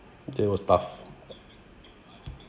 that was tough